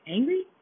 Angry